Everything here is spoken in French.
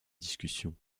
discussion